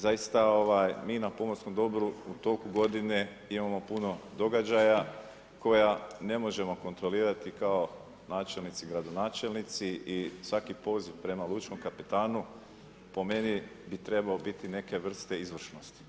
Zaista, mi na pomorskom dobru, u toku godine imamo puno događaja, koja ne možemo kontrolirati, kao načelnici, gradonačelnici i svaki poziv prema lučkom kapetanu, po meni bi trebao biti, neke vrste izvršnosti.